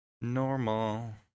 Normal